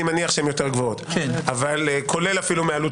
אני מניח שיותר גבוהות כולל אפילו מעלויות